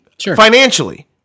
Financially